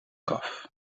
graf